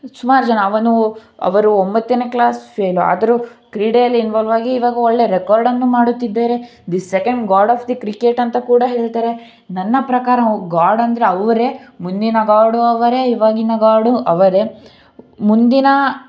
ಸುಮಾರು ಜನ ಅವನು ಅವರು ಒಂಬತ್ತನೇ ಕ್ಲಾಸ್ ಫೈಲ್ ಆದರೂ ಕ್ರೀಡೆಯಲ್ಲಿ ಇನ್ವಾಲ್ವ್ ಆಗಿ ಇವಾಗ ಒಳ್ಳೆ ರೆಕಾರ್ಡನ್ನು ಮಾಡುತ್ತಿದ್ದಾರೆ the second god of the cricket ಅಂತ ಕೂಡ ಹೇಳ್ತಾರೆ ನನ್ನ ಪ್ರಕಾರ ಗಾಡ್ ಅಂದರೆ ಅವರೇ ಮುಂದಿನ ಗಾಡು ಅವರೇ ಇವಾಗಿನ ಗಾಡು ಅವರೇ ಮುಂದಿನ